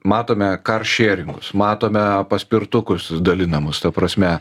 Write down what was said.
matome kar šeringus matome paspirtukus dalinamus ta prasme